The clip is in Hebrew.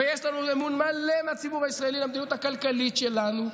ויש לנו אמון מלא מהציבור הישראלי למדיניות הכלכלית שלנו.